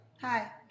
Hi